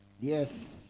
Yes